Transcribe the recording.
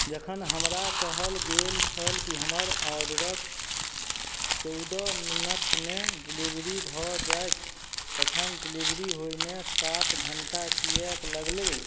जखन हमरा कहल गेल छल कि हमर ऑडरके चौदह मिनटमे डिलिवरी भऽ जाएत तखन डिलिवरी होइमे सात घण्टा किएक लगलै